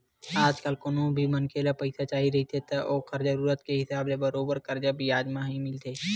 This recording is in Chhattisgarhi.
आजकल कोनो भी मनखे ल पइसा चाही रहिथे त ओखर जरुरत के हिसाब ले बरोबर करजा बियाज म ही मिलथे